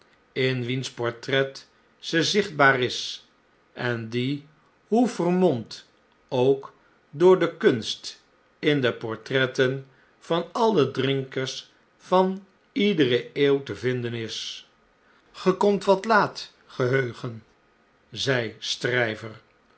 in w'iens portret ze zichtbaar is en die hoe veririomd ook door de kunst in de portretten van alle drinkers van iedere eeuw te vinden is ge komt wat laat geheugen zei